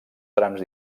trams